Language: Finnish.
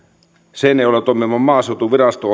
seinäjoella toimiva maaseutuvirasto